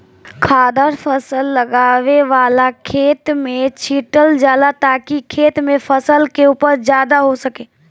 खादर फसल लगावे वाला खेत में छीटल जाला ताकि खेत में फसल के उपज ज्यादा हो सके